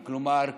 כלומר,